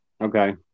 Okay